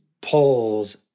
polls